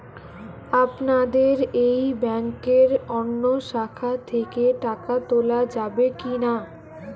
আপনাদের এই ব্যাংকের অন্য শাখা থেকে টাকা তোলা যাবে কি না?